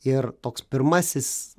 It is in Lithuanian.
ir toks pirmasis